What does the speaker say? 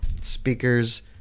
speakers